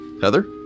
heather